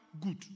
good